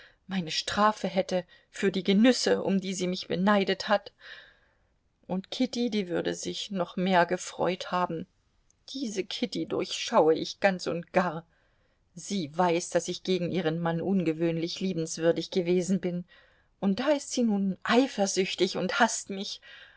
meine strafe hätte für die genüsse um die sie mich beneidet hat und kitty die würde sich noch mehr gefreut haben diese kitty durchschaue ich ganz und gar sie weiß daß ich gegen ihren mann ungewöhnlich liebenswürdig gewesen bin und da ist sie nun eifersüchtig und haßt mich